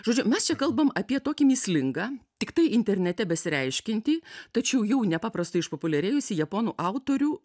žodžiu mes čia kalbam apie tokį mįslingą tiktai internete besireiškiantį tačiau jau nepaprastai išpopuliarėjusį japonų autorių